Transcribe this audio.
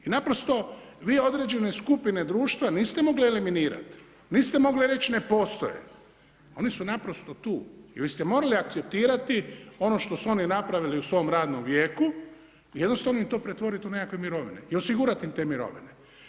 I naprosto, vi određene skupine društva niste mogli eliminirati, niste mogli reći ne postoje, oni su naprosto tu, i vi ste morali akceptirati ono što su oni napravili u svom radnom vijeku i jednostavno im to pretvoriti u nekakve mirovine i osigurati im te mirovine.